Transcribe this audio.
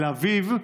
תל אביב,